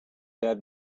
dad